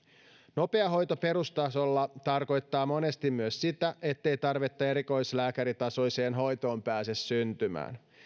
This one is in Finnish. nopea hoito perustasolla tarkoittaa monesti myös sitä ettei tarvetta erikoislääkäritasoiseen hoitoon pääse syntymään